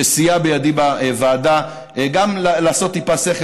שסייע בידי בוועדה גם לעשות טיפה שכל,